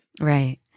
Right